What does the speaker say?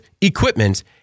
equipment